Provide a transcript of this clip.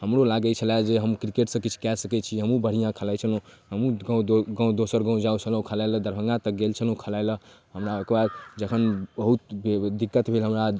हमरो लागै छलै जे हम किरकेटसँ किछु कऽ सकै छी हमहूँ बढ़िआँ खेलाइ छलहुँ हमहूँ गाम दोसर गाम जाइ छलहुँ खेलाइलए दरभङ्गा तक गेल छलहुँ खेलाइलए हमरा ओहिके बाद जखन बहुत दिक्कत भेल हमरा